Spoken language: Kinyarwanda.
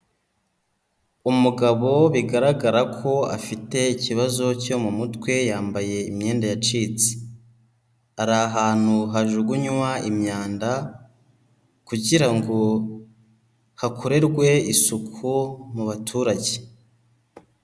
Umugabo bigaragara ko afite ikibazo cyo mu mutwe, yambaye imyenda yacitse. Ari ahantu hajugunywa imyanda kugira ngo hakorerwe isuku mu baturage.